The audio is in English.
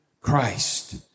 Christ